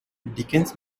dickens